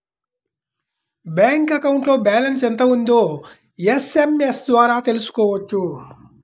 bank అకౌంట్లో balance ఎంత ఉందో ఎస్ఎంఎస్ ద్వారా తెలుసుకోవచ్చు